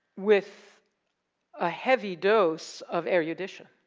with a heavy dose of erudition.